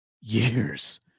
years